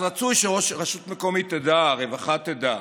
אז רצוי שרשות מקומית תדע, הרווחה תדע.